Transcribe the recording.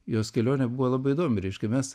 jos kelionė buvo labai įdomi reiškia mes